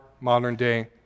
modern-day